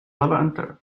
levanter